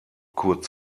kurz